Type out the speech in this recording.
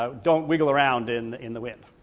um don't wiggle around in in the wind